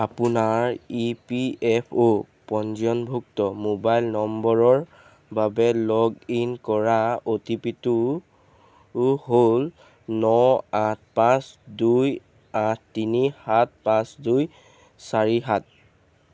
আপোনাৰ E P F O পঞ্জীয়নভুক্ত mobile নম্বৰৰ বাবে লগ ইন কৰা অ' টি পি টো হ'ল ন আঠ পাঁচ দুই আঠ তিনি সাত পাঁচ দুই চাৰি সাত